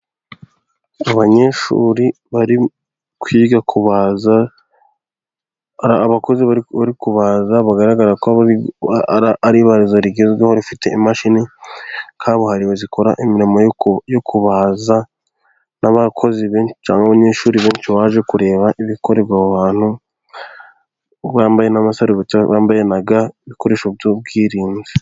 Abanyeshuri bari kwiga kubaza, abakozi bari kubanza bigaragagara ko ari ibarazo rigezweho, rifite imashini kabuhariwe zikora imirimo yo kubaza, n'abakozi benshi cyangwa abanyeshuri benshi baje kureba ibikorerwa aho hantu, bambaye n'amasarubeti, bambaye na ga, ibikoresho by'ubwirinzi.